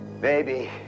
Baby